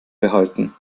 behalten